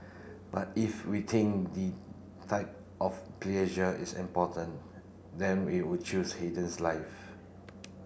but if we think the type of pleasure is important then we would choose Haydn's life